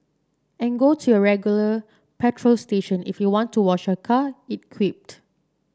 and go to your regular petrol station if you want to wash your car it quipped